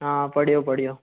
हा पढ़ियो पढ़ियो